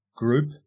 group